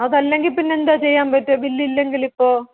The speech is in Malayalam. അതല്ലെങ്കിൽ പിന്നെ എന്താ ചെയ്യാൻ പറ്റുക ബില്ല് ഇല്ലെങ്കിലിപ്പോൾ